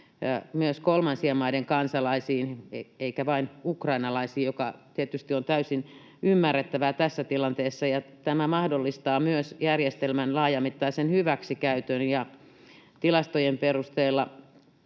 myös kolmansien maiden kansalaisiin eikä vain ukrainalaisiin, mikä tietysti olisi täysin ymmärrettävää tässä tilanteessa. Tämä mahdollistaa myös järjestelmän laajamittaisen hyväksikäytön, ja tilastojen perusteella